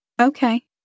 Okay